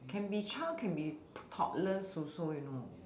can be child can be topless also you know